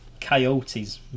Coyotes